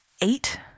eight